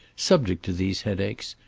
subject to these headaches.